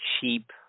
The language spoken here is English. cheap